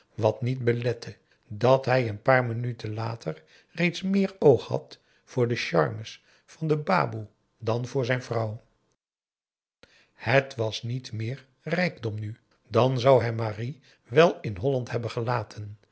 wat niet belette dat hij een paar minuten later reeds meer oog had voor de charmes van de baboe dan voor zijn vrouw het was niet meer rijkdom nu dan zou hij marie wel in holland hebben gelaten